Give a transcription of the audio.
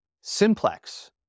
Simplex